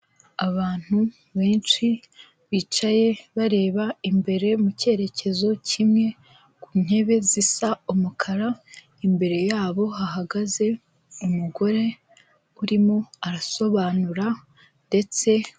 Abantu benshi bicaye bareba imbere mu cyerekezo kimwe ku ntebe zisa umukara, imbere yabo hahagaze umugore urimo arasobanura ndetse.